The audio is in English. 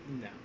No